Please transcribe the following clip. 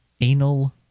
anal